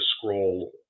scroll